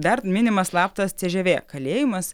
dar minimas slaptas cžv kalėjimas